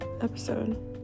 episode